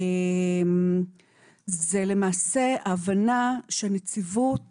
זה למעשה הבנה שהנציבות